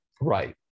Right